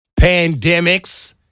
pandemics